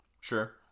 Sure